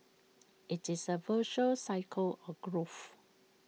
IT is A virtuous cycle of growth